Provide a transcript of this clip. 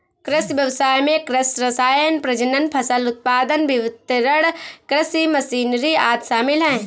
कृषि व्ययसाय में कृषि रसायन, प्रजनन, फसल उत्पादन, वितरण, कृषि मशीनरी आदि शामिल है